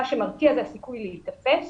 מה שמרתיע זה הסיכוי להיתפס.